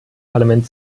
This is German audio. parlament